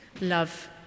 love